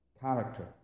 character